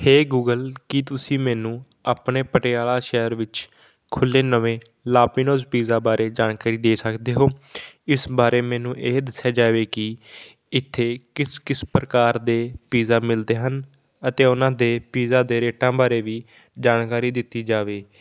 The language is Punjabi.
ਹੇਅ ਗੂਗਲ ਕੀ ਤੁਸੀਂ ਮੈਨੂੰ ਆਪਣੇ ਪਟਿਆਲਾ ਸ਼ਹਿਰ ਵਿੱਚ ਖੁੱਲ੍ਹੇ ਨਵੇਂ ਲਾ ਪਿਨੋਜ਼ ਪੀਜ਼ਾ ਬਾਰੇ ਜਾਣਕਾਰੀ ਦੇ ਸਕਦੇ ਹੋ ਇਸ ਬਾਰੇ ਮੈਨੂੰ ਇਹ ਦੱਸਿਆ ਜਾਵੇ ਕਿ ਇੱਥੇ ਕਿਸ ਕਿਸ ਪ੍ਰਕਾਰ ਦੇ ਪੀਜ਼ਾ ਮਿਲਦੇ ਹਨ ਅਤੇ ਉਹਨਾਂ ਦੇ ਪੀਜ਼ਾ ਦੇ ਰੇਟਾਂ ਬਾਰੇ ਵੀ ਜਾਣਕਾਰੀ ਦਿੱਤੀ ਜਾਵੇ